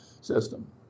system